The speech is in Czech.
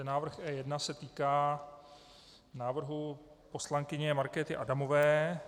Návrh E1 se týká návrhu poslankyně Markéty Adamové.